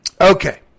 Okay